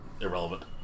irrelevant